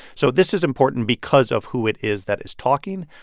so this is important because of who it is that is talking.